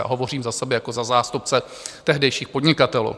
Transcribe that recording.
Hovořím za sebe jako za zástupce tehdejších podnikatelů.